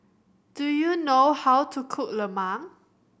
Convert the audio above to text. do you know how to cook lemang